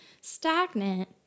stagnant